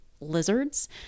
Lizards